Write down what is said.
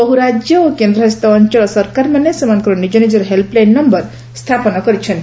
ବହୁ ରାଜ୍ୟ ଓ କେନ୍ଦ୍ରଶାସିତ ଅଞ୍ଚଳ ସରକାରମାନେ ସେମାନଙ୍କର ନିଜ ନିଜର ହେଲ୍ପ ଲାଇନ୍ ନମ୍ଘର ସ୍ଥାପନ କରିଚ୍ଛନ୍ତି